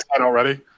already